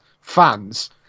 fans